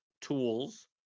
tools